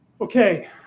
Okay